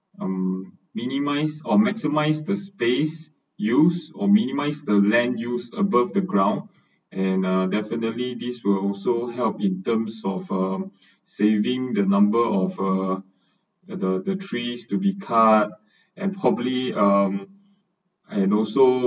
um minimize or maximise the space use or minimise the land use above the ground and uh definitely this will also help in terms of uh saving the number of uh the the the trees to be cut and probably um and also